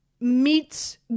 meets